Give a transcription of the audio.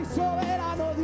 soberano